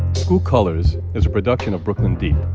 school colors is a production of brooklyn deep,